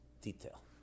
detail